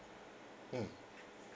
mm